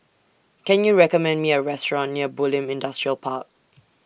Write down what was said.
Can YOU recommend Me A Restaurant near Bulim Industrial Park